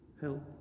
help